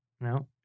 No